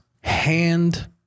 hand